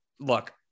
look